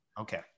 Okay